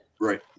Right